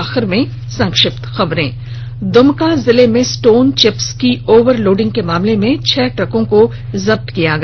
अब संक्षिप्त खबरें द्मका जिले में स्टोन चिप्स की ओबर लोडिंग के मामले में छह ट्रकों को जब्त किया गया